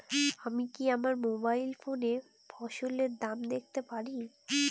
আমি কি আমার মোবাইল ফোনে ফসলের দাম দেখতে পারি?